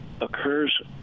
occurs